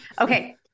okay